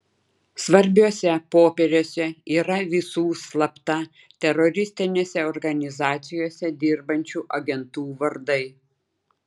svarbiuose popieriuose yra visų slapta teroristinėse organizacijose dirbančių agentų vardai